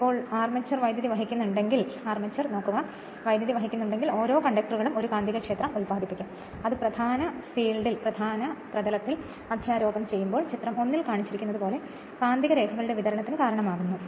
അങ്ങനെയാണെങ്കിൽ ഇപ്പോൾ ആർമേച്ചർ വൈദ്യുതി വഹിക്കുന്നുണ്ടെങ്കിൽ ഓരോ കണ്ടക്ടറുകളും ഒരു കാന്തികക്ഷേത്രം ഉൽപ്പാദിപ്പിക്കും അത് പ്രധാന ഫീൽഡിൽ അധ്യാരോപം ചെയ്യുമ്പോൾ ചിത്രം ഒന്നിൽ കാണിച്ചിരിക്കുന്നതുപോലെ കാന്തിക രേഖകളുടെ വിതരണത്തിന് കാരണമാകുന്നു